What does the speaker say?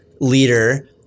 leader